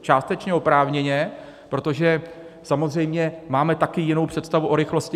Částečně oprávněně, protože samozřejmě máme taky jinou představu o rychlosti.